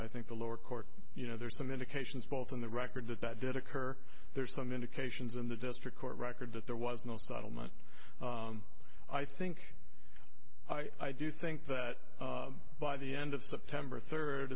i think the lower court you know there are some indications both in the record that that did occur there's some indications in the district court record that there was no settlement i think i do think that by the end of september third